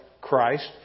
Christ